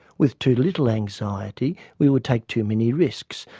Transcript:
with too little anxiety we would take too many risks,